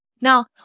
Now